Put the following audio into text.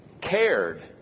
cared